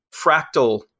fractal